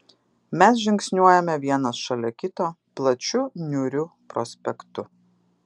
mes žingsniuojame vienas šalia kito plačiu niūriu prospektu